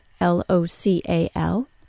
L-O-C-A-L